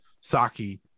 Saki